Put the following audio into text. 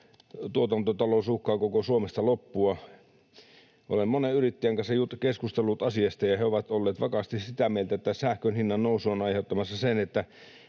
tuotantotalous uhkaa koko Suomesta loppua. Olen monen yrittäjän kanssa keskustellut asiasta, ja he ovat olleet vakaasti sitä mieltä, että sähkön hinnan nousu on aiheuttamassa sen, että